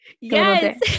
Yes